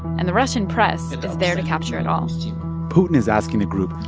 and the russian press is there to capture it all putin is asking the group,